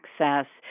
access